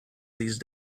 these